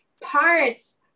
parts